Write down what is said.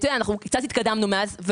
קצת התקדמנו מאז.